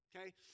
Okay